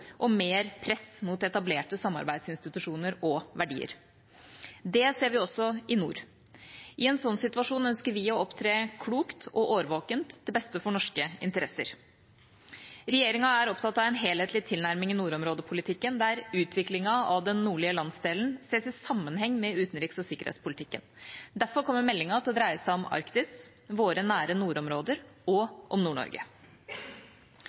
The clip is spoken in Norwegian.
og mer press mot etablerte samarbeidsinstitusjoner og verdier. Det ser vi også i nord. I en sånn situasjon ønsker vi å opptre klokt og årvåkent, til beste for norske interesser. Regjeringa er opptatt av en helhetlig tilnærming i nordområdepolitikken, der utviklingen av den nordlige landsdelen ses i sammenheng med utenriks- og sikkerhetspolitikken. Derfor kommer meldinga til å dreie seg om Arktis, om våre nære nordområder og